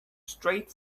straight